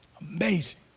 Amazing